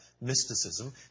mysticism